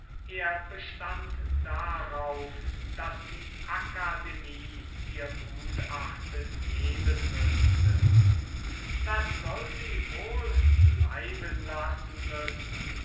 er bestand darauf daß die akademie ihr gutachten geben müßte das soll sie wohl bleiben lassen müssen